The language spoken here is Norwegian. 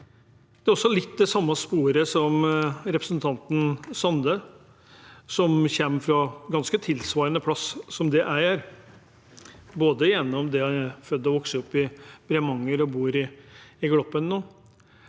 Det er også litt i det samme sporet som representanten Sande, som kommer fra en ganske tilsvarende plass som det jeg gjør, han er født og vokst opp i Bremanger og bor nå i Gloppen: